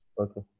okay